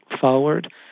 forward